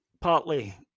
partly